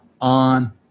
on